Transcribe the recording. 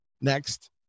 next